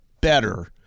better